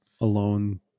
alone